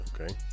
Okay